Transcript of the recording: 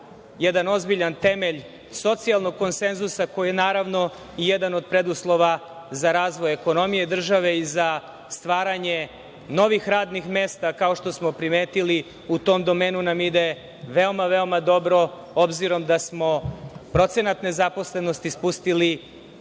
jedan ozbiljan temelj socijalnog konsenzusa koji je jedan od preduslova za razvoj ekonomije države i za stvaranje novih radnih mesta. Kao što smo primetili u tom domenu nam ide veoma dobro, obzirom da smo procenat nezaposlenosti spustili